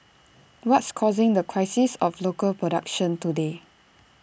what's causing the crisis of local productions today